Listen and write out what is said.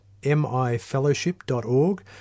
mifellowship.org